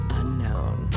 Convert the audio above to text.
unknown